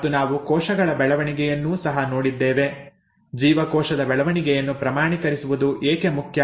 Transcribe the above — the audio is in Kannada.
ಮತ್ತು ನಾವು ಕೋಶಗಳ ಬೆಳವಣಿಗೆಯನ್ನೂ ಸಹ ನೋಡಿದ್ದೇವೆ ಜೀವಕೋಶದ ಬೆಳವಣಿಗೆಯನ್ನು ಪ್ರಮಾಣೀಕರಿಸುವುದು ಏಕೆ ಮುಖ್ಯ